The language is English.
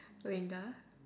lingal